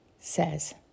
says